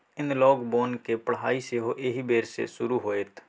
एनलॉग बोनक पढ़ाई सेहो एहि बेर सँ शुरू होएत